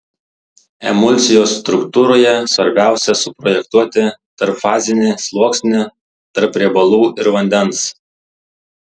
emulsijos struktūroje svarbiausia suprojektuoti tarpfazinį sluoksnį tarp riebalų ir vandens